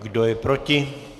Kdo je proti?